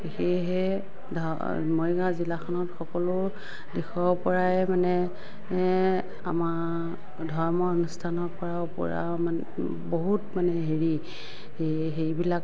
সেয়েহে ধৰ মৰিগাঁও জিলাখনত সকলো দিশৰ পৰাই মানে আমাৰ ধৰ্ম অনুষ্ঠানৰ পৰাও মানে বহুত মানে হেৰি সে সেইবিলাক